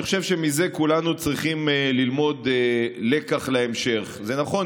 אני חושב שמזה כולנו צריכים ללמוד לקח בהמשך: נכון,